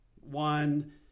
One